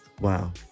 Wow